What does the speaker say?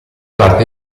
parte